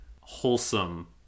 wholesome